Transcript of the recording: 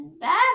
bad